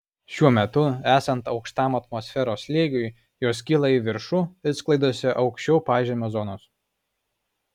šiuo metu esant aukštam atmosferos slėgiui jos kyla į viršų ir sklaidosi aukščiau pažemio zonos